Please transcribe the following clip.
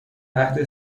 عهد